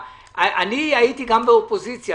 הייתי גם באופוזיציה,